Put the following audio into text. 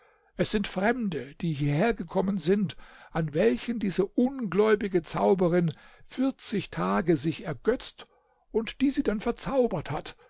es sind fremde die hierhergekommen sind an welchen diese ungläubige zauberin vierzig tage sich ergötzt und die sie dann verzaubert hat